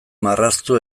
marraztu